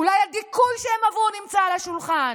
אולי הדיכוי שהם עברו נמצא על השולחן.